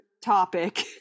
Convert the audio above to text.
topic